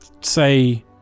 say